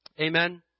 Amen